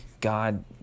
God